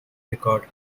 record